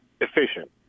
efficient